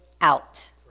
out